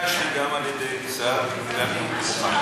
התבקשתי גם על-ידי השרה, ואני מוכן.